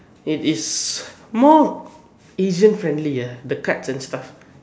it is more Asian friendly ah the cuts and stuff